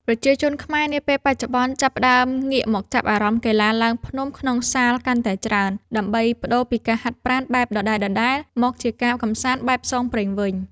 ប្រជាជនខ្មែរនាពេលបច្ចុប្បន្នចាប់ផ្ដើមងាកមកចាប់អារម្មណ៍កីឡាឡើងភ្នំក្នុងសាលកាន់តែច្រើន ដើម្បីប្ដូរពីការហាត់ប្រាណបែបដដែលៗមកជាការកម្សាន្តបែបផ្សងព្រេងវិញ។